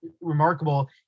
Remarkable